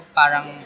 parang